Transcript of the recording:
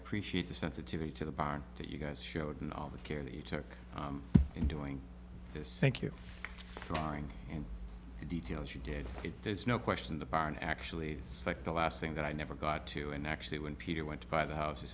appreciate the sensitivity to the bar that you guys showed and all the care that you took in doing this thank you for sharing and the details you did it there's no question the barn actually sucked the last thing that i never got to and actually when peter went to buy the house he